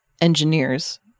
engineers